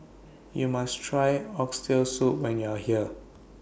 YOU must Try Oxtail Soup when YOU Are here